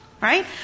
right